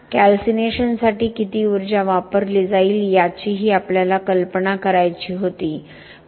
कॅल्सिनेशनसाठी किती ऊर्जा वापरली जाईल याचीही आपल्याला कल्पना करायची होती